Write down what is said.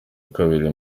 kabiri